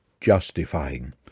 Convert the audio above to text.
justifying